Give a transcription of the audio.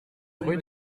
rue